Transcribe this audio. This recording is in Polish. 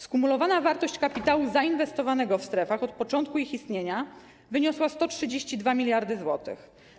Skumulowana wartość kapitału zainwestowanego w strefach od początku ich istnienia wyniosła 132 mld zł.